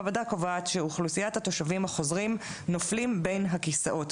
הוועדה קובעת שאוכלוסיית התושבים החוזרים נופלים בין הכיסאות,